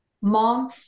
Mom